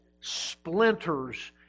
splinters